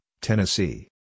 Tennessee